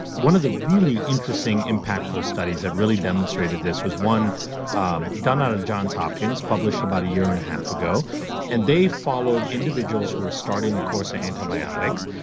one of the really interesting impactful studies that really demonstrated this was one um done out of johns hopkins, published about a year and a half ago and they followed individuals who are starting a course of ah antibiotics.